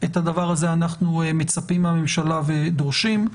את הדבר הזה אנחנו מצפים מהממשלה ודורשים.